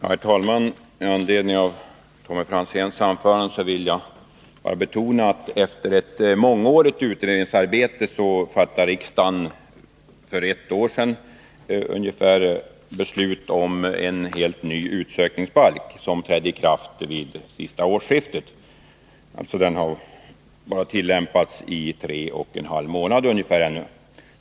Herr talman! Med anledning av Tommy Franzéns anförande vill jag bara framhålla att riksdagen för ungefär ett år sedan efter ett mångårigt utredningsarbete fattade beslut om en helt ny utsökningsbalk som trädde i kraft vid det senaste årsskiftet. Den har alltså bara tillämpats några månader.